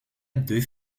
deux